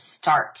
start